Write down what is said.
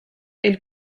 elle